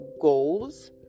goals